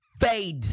fade